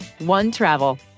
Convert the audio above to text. OneTravel